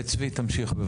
צבי, תמשיך בבקשה.